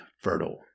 fertile